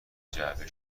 جعبه